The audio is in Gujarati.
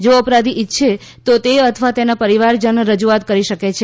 જોઅપરાધી ઇચ્છે તો તે અથવા તેના પરિવાર જન રજુઆત કરી શકે છે